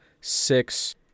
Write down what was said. six